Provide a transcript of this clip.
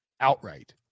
outright